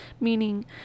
meaning